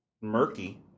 Murky